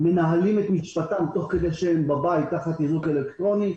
שמנהלים את משפטם כשהם בבית תחת איזוק אלקטרוני.